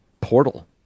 Portal